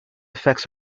effects